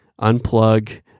unplug